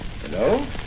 Hello